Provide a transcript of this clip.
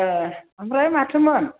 ए ओमफ्राय माथोमोन